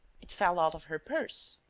it fell out of her purse.